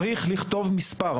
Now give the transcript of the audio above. צריך לכתוב מספר,